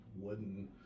Wooden